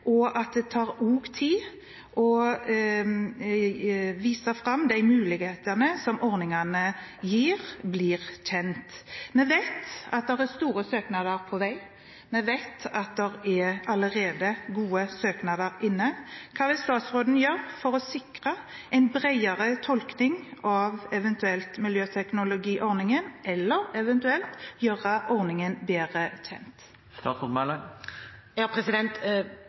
og at det også tar tid før de mulighetene som ordningen gir, blir kjent. Vi vet at det er store søknader på vei. Vi vet at det allerede er gode søknader inne. Hva vil statsråden gjøre for å sikre en bredere tolkning av miljøteknologiordningen, eller eventuelt gjøre ordningen bedre